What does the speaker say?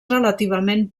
relativament